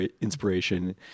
inspiration